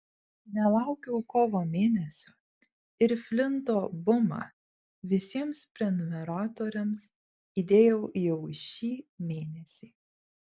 nelaukiau kovo mėnesio ir flinto bumą visiems prenumeratoriams įdėjau jau šį mėnesį